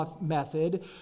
method